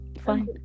fine